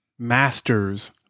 masters